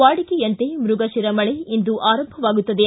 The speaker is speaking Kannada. ವಾಡಿಕೆಯಂತೆ ಮೃಗಶಿರ ಮಳೆ ಇಂದು ಆರಂಭವಾಗುತ್ತದೆ